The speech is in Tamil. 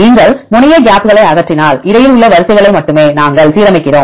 நீங்கள் முனைய கேப்களை அகற்றினால் இடையில் உள்ள வரிசைகளை மட்டுமே நாங்கள் சீரமைக்கிறோம்